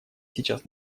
сейчас